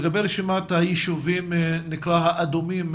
לגבי רשימת היישובים שנקראים "האדומים",